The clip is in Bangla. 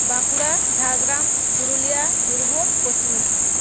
বাঁকুড়া ঝাড়গ্রাম পুরুলিয়া বীরভূম পশ্চিম মেদিনীপুর